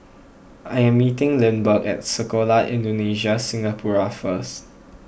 I am meeting Lindbergh at Sekolah Indonesia Singapura first